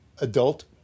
adult